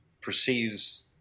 perceives